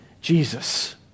Jesus